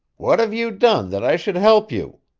what have you done that i should help you?